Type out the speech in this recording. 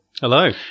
Hello